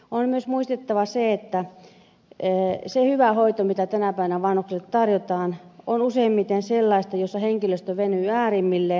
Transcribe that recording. on myös muistettava että se hyvä hoito mitä tänä päivänä vanhuksille tarjotaan on useimmiten sellaista jossa henkilöstö venyy äärimmilleen